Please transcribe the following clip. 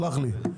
סלח לי,